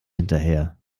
hinterher